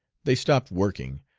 they stopped working,